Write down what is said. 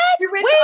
Wait